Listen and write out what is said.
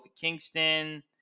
Kingston